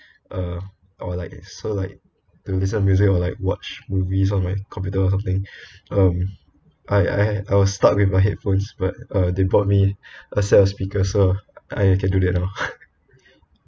uh or like so like to listen music or like watch movies on my computer or something um I I I I was stuck with my headphones but uh they bought me a set of speakers so I can do that now